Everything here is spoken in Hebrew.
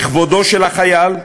בכבודו של החייל,